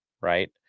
Right